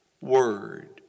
Word